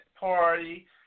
Party